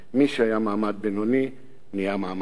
מי שהיה מעמד בינוני נהיה מעמד חלש,